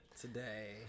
Today